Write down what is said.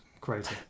crazy